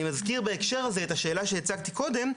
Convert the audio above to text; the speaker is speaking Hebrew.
אני מזכיר בהקשר הזה את השאלה שהצגתי קודם,